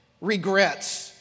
regrets